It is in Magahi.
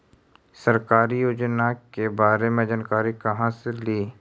सरकारी योजना के बारे मे जानकारी कहा से ली?